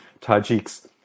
Tajiks